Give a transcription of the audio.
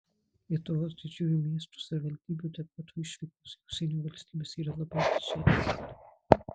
lietuvos didžiųjų miestų savivaldybių darbuotojų išvykos į užsienio valstybes yra labiau epizodinės